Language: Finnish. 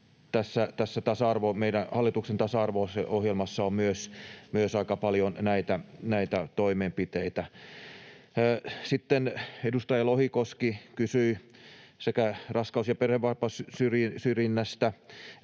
tässä meidän hallituksen tasa-arvo-ohjelmassa on myös aika paljon näitä toimenpiteitä. Sitten edustaja Lohikoski kysyi sekä raskaus- että perhevapaasyrjinnästä,